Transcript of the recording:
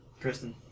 Kristen